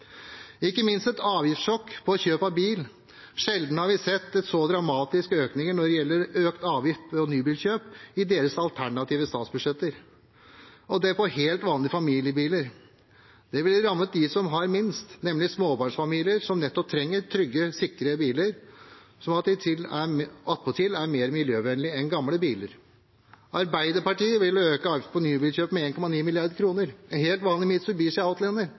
ikke minst ville man fått et avgiftssjokk ved kjøp av bil. Sjelden har vi sett så dramatiske økninger når det gjelder økt avgift på nybilkjøp, som i deres alternative statsbudsjetter – og det på helt vanlige familiebiler! Dette ville rammet dem som har minst, nemlig småbarnsfamilier, som nettopp trenger trygge og sikre biler, som attpåtil er mer miljøvennlige enn gamle biler. Arbeiderpartiet vil øke avgiften på nybilkjøp med 1,9 mrd. kr – en helt vanlig